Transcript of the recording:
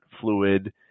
fluid